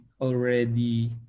already